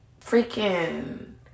freaking